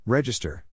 Register